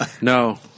No